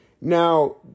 now